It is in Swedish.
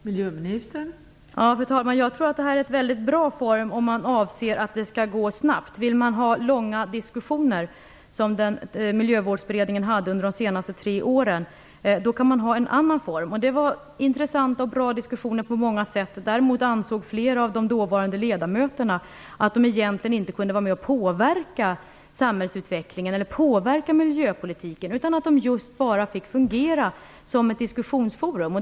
Fru talman! Jag tror att denna form är en bra lösning om man avser att det hela skall gå snabbt. Om man vill ha långa diskussioner - som det har varit i Miljövårdsberedningen de senaste tre åren - går det bra att använda någon annan form. Det var på många sätt intressanta och bra diskussioner. Däremot ansåg flera av de dåvarande ledamöterna att de egentligen inte kunde vara med och påverka samhällsutvecklingen eller miljöpolitiken. De fick bara fungera som ett diskussionsforum.